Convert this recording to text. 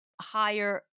higher